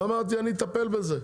ואמרתי שאני אטפל בזה.